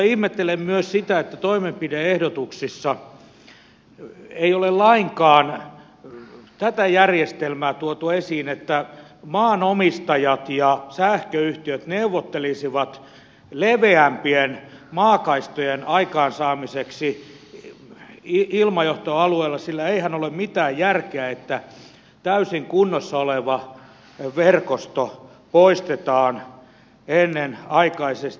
ihmettelen myös sitä että toimenpide ehdotuksissa ei ole lainkaan tätä järjestelmää tuotu esiin että maanomistajat ja sähköyhtiöt neuvottelisivat leveämpien maakaistojen aikaansaamiseksi ilmajohtoalueella sillä eihän ole mitään järkeä että täysin kunnossa oleva verkosto poistetaan ennenaikaisesti